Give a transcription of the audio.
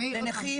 חלוקה: